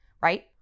right